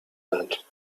meant